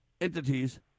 entities